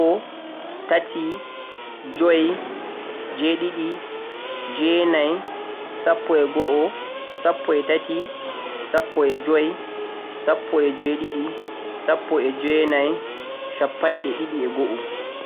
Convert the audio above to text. Go'o, tati, joi, jweeɗiɗi, jweenai, sappo e go'o, sappo e tati, sappo e joi, sappo e jweeɗiɗi, sappo e jweenai, shappanɗe ɗiɗi e go'o